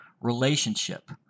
Relationship